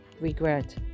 regret